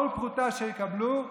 כל פרוטה שיקבלו,